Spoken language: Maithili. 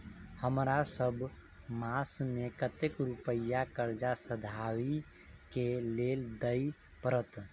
हमरा सब मास मे कतेक रुपया कर्जा सधाबई केँ लेल दइ पड़त?